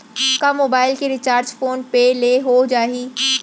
का मोबाइल के recharge phone पे ले हो जाही?